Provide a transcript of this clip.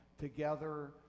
together